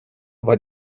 war